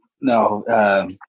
No